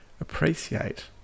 appreciate